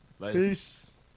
Peace